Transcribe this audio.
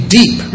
deep